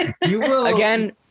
Again